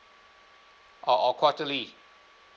or or quarterly